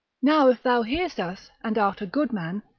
now if thou hear'st us, and art a good man,